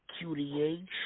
QDH